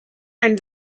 and